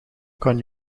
kan